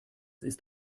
ist